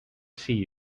see